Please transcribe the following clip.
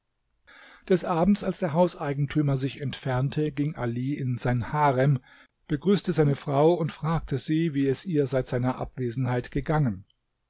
des abend als der hauseigentümer sich entfernte ging ali in sein harem begrüßte seine frau und fragte sie wie es ihr seit seiner abwesenheit gegangen